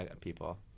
people